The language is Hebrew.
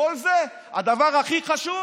ומכל זה הדבר הכי חשוב